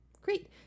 Great